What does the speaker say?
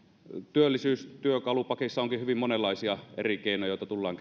työllisyystyökalupakissa onkin hyvin monenlaisia eri keinoja joita tullaan